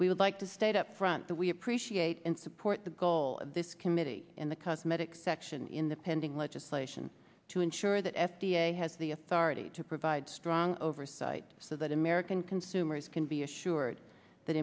we would like to state up front that we appreciate and support the goal of this committee in the cosmetics section in the pending legislation to ensure that f d a has the authority to provide strong oversight so that american consumers can be assured that